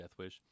Deathwish